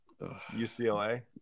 UCLA